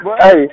hey